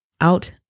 out